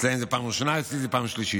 אצלם זו פעם ראשונה, אצלי זו פעם שלישית.